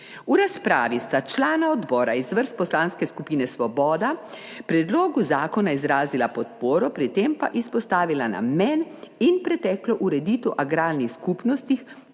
V razpravi sta člana odbora iz vrst Poslanske skupine Svoboda predlogu zakona izrazila podporo, pri tem pa izpostavila namen in preteklo ureditev agrarnih skupnosti